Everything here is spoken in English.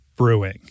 brewing